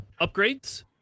upgrades